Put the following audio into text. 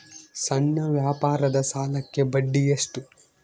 ಸಣ್ಣ ವ್ಯಾಪಾರದ ಸಾಲಕ್ಕೆ ಬಡ್ಡಿ ಎಷ್ಟು?